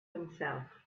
himself